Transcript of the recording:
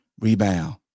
rebound